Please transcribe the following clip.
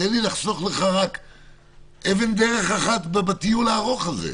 תן לי לחסוך לך אבן דרך אחת בטיול הארוך הזה.